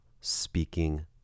speaking